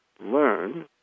learn